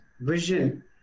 vision